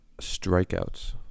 Strikeouts